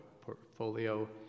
portfolio